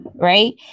right